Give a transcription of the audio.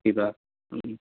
फैबा